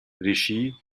regie